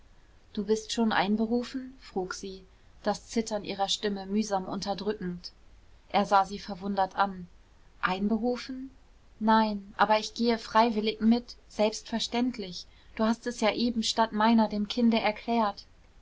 du bist schon einberufen frug sie das zittern ihrer stimme mühsam unterdrückend er sah sie verwundert an einberufen nein aber ich gehe freiwillig mit selbstverständlich du hast es ja eben statt meiner dem kinde erklärt